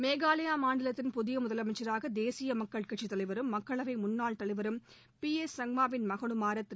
மேகாலயா மாநிலத்தின் புதிய முதலமைச்சராக தேசிய மக்கள் கட்சித்தலைவரும் மக்களவை முன்னாள் தலைவர் பி ஏ சங்மாவின் மகனுமான திரு